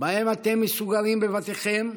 שבהם אתם מסוגרים בבתיכם,